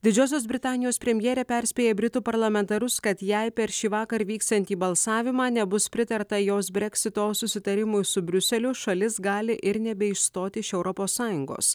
didžiosios britanijos premjerė perspėja britų parlamentarus kad jei per šįvakar vyksiantį balsavimą nebus pritarta jos breksito susitarimui su briuseliu šalis gali ir nebe išstoti iš europos sąjungos